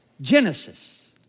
genesis